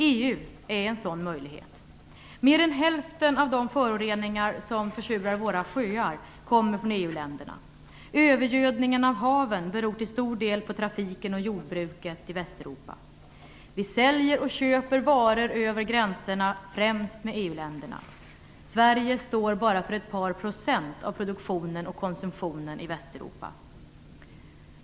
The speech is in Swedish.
EU är en sådan möjlighet. Mer än hälften av de föroreningar som försurar våra sjöar kommer från EU-länderna. Övergödningen av haven beror till stor del på trafiken och jordbruket i Västeuropa. Vi säljer och köper varor över gränserna, främst till och från EU-länderna. Sverige står bara för ett par procent av produktionen och konsumtionen i Västeuropa.